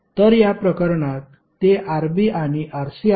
तर या प्रकरणात ते Rb आणि Rc आहे